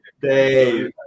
Dave